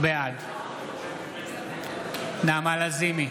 בעד נעמה לזימי,